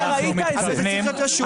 ההגדרה היא כוללנית כדי להחיל תחתיה את כולם.